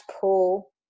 pull